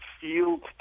field